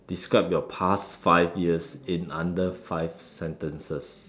describe your past five years in under five sentences